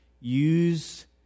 use